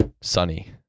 Sunny